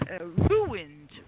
ruined